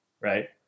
right